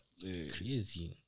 Crazy